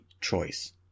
choice